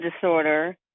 disorder